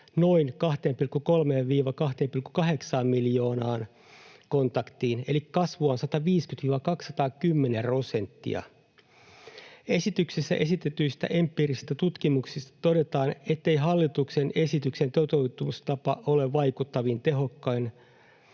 noin 2,3–2,8 miljoonaan kontaktiin, eli kasvua on 150–210 prosenttia. Esityksessä esitetyistä empiirisistä tutkimuksista todetaan, ettei hallituksen esityksen toteutustapa ole vaikuttavin, tehokkain